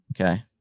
Okay